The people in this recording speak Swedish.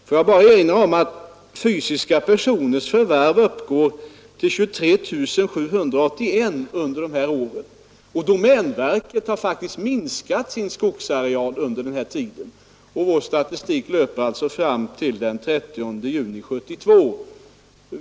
Får jag erinra om att fysiska personers förvärv uppgår till 23 781 under de här åren, och domänverket har faktiskt minskat sin skogsareal under den tiden. Vår statistik löper alltså fram till den 30 juni 1972.